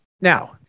Now